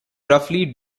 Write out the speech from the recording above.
roughly